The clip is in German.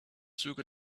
züge